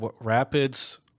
Rapids